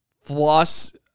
Floss